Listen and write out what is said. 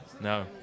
no